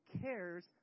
cares